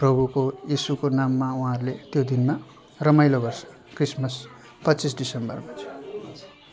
प्रभुको यिसुको नाममा उहाँहरूले त्यो दिनमा रमाइलो गर्छ क्रिसमस पच्चिस दिसम्बरमा चाहिँ